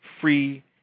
free